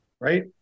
right